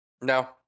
No